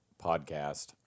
podcast